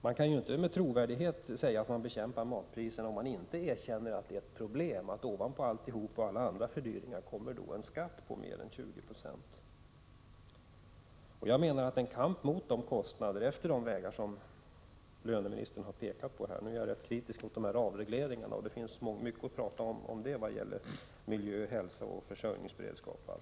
Man kan inte med trovärdighet säga att man bekämpar höjningar på matpriserna, om man inte erkänner att det är ett problem att det ovanpå alla andra fördyringar kommer en skatt på mer än 20 96. Jag är rätt kritisk mot de aktuella avregleringarna. Det finns mycket att tala om i det sammanhanget som gäller miljö, hälsa, försörjningsberedskap m.m.